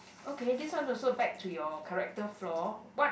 okay this one also back to your character flaw what